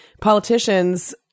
politicians